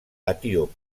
etíop